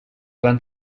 van